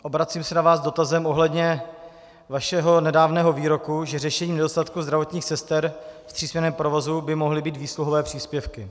Obracím se na vás s dotazem ohledně vašeho nedávného výroku, že řešením nedostatku zdravotních sester v třísměnném provozu by mohly být výsluhové příspěvky.